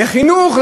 לחינוך,